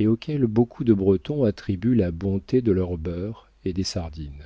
et auquel beaucoup de bretons attribuent la bonté de leur beurre et des sardines